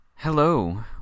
Hello